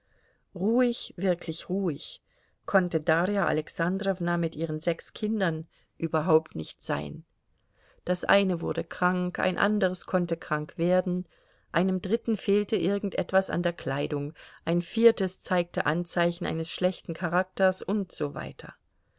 ruhig wirklich ruhig konnte darja alexandrowna mit ihren sechs kindern überhaupt nicht sein das eine wurde krank ein anderes konnte krank werden einem dritten fehlte irgend etwas an der kleidung ein viertes zeigte anzeichen eines schlechten charakters und so weiter